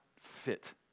fit